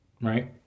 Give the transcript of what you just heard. right